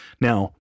Now